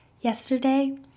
yesterday